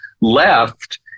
left